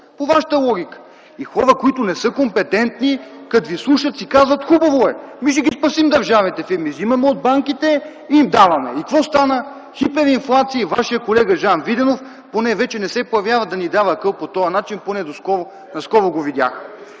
По Вашата логика! И хора, които не са компетентни, като Ви слушат, си казват: „Хубаво е, нека да спасим държавните фирми. Вземаме пари от банките и им даваме”. И какво стана? Хиперинфлация! Вашият колега Жан Виденов поне вече не се появява, за да ни дава акъл по този начин. Наскоро го видях.